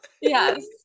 Yes